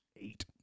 eight